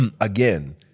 again